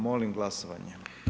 Molim glasovanje.